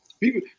People